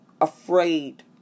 afraid